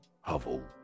hovel